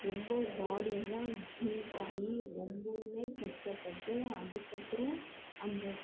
ரொம்ப பாடியெல்லாம் ஹீட் ஆகி ரொம்பவுமே கஷ்டப்பட்டு அதுக்கப்புறம் அந்த